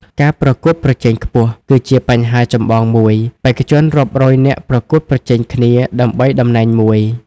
ការប្រកួតប្រជែងខ្ពស់ គឺជាបញ្ហាចម្បងមួយ។ បេក្ខជនរាប់រយនាក់ប្រកួតប្រជែងគ្នាដណ្ដើមតំណែងមួយ។